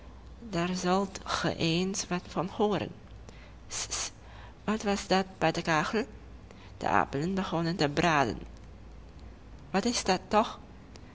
zult ge eens wat van hooren ss ss wat was dat bij de kachel de appelen begonnen te braden wat is dat toch